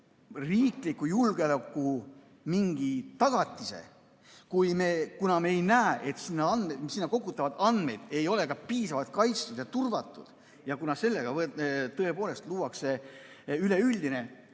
riikliku julgeolekutagatise, kuna me ei näe, et sinna kogutavad andmed oleksid piisavalt kaitstud ja turvatud, ja kuna sellega tõepoolest luuakse üleüldine